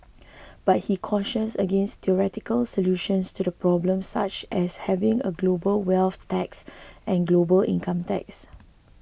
but he cautioned against theoretical solutions to the problem such as having a global wealth tax and global income tax